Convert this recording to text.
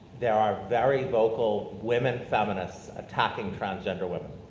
there are very vocal women feminists attacking transgender women,